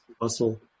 muscle